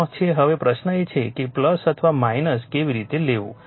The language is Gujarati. હવે પ્રશ્ન એ છે કે અથવા કેવી રીતે લેવું